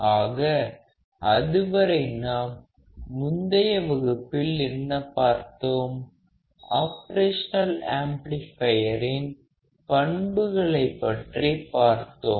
ஆக அதுவரை நாம் முந்தைய வகுப்பில் என்ன பார்த்தோம் ஆப்ரேஷனல் ஆம்ப்ளிஃபையரின் பண்புகளைப் பற்றி பார்த்தோம்